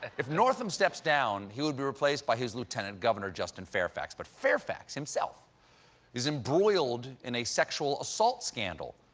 if northam steps down, he would be replaced by his lieutenant governor, justin fairfax. but fairfax himself is embroiled in a sexual assault scandal.